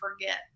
forget